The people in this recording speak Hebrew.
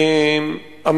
תודה רבה,